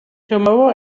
tomorrow